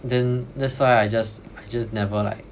then that's why I just I just never like